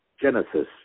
Genesis